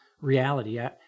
reality